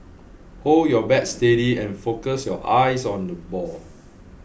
hold your bat steady and focus your eyes on the ball